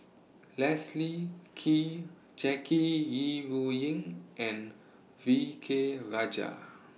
Leslie Kee Jackie Yi Ru Ying and V K Rajah